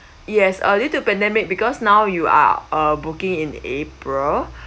yes uh due to pandemic because now you are uh booking in april